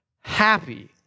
happy